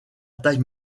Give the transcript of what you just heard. taille